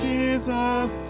Jesus